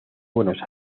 buenos